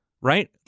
right